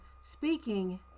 speaking